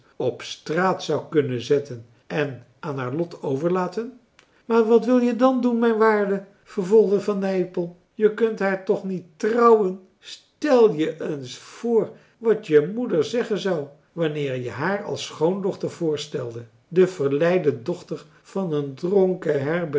op straat zou kunnen zetten en aan haar lot overlaten maar wat wil je dan doen mijn waarde vervolgde van nypel je kunt haar toch niet trouwen stel je eens voor wat je moeder zeggen zou wanneer je haar als schoondochter voorstelde de verleide dochter van een dronken